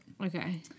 Okay